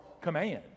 command